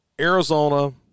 Arizona